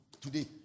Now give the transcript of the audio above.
today